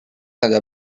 under